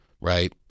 right